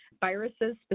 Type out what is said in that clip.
viruses